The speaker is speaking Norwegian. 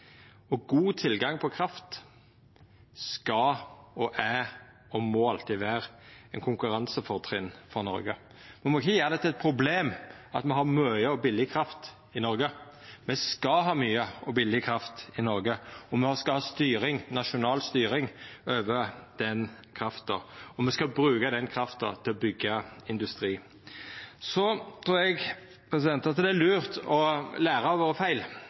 God tilgang på kraft skal, er, og må alltid vera eit konkurransefortrinn for Noreg. Me må ikkje gjera det til eit problem at me har mykje og billeg kraft i Noreg. Me skal ha mykje og billeg kraft i Noreg, og me skal ha nasjonal styring over den krafta. Og me skal bruka den krafta til å byggja industri. Så trur eg at det er lurt å læra av feila våre.